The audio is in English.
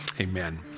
amen